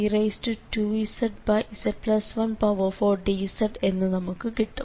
2πiCe2zz14dz എന്ന് നമുക്ക് കിട്ടും